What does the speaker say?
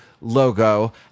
logo